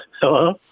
Hello